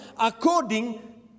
according